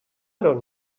don’t